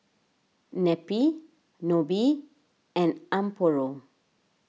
Neppie Nobie and Amparo